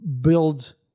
build